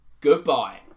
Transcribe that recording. Goodbye